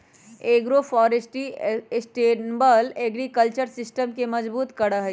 agroforestry sustainable agriculture system के मजबूत करा हई